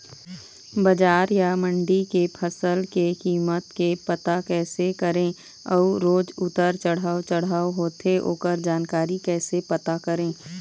बजार या मंडी के फसल के कीमत के पता कैसे करें अऊ रोज उतर चढ़व चढ़व होथे ओकर जानकारी कैसे पता करें?